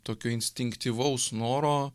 tokio instinktyvaus noro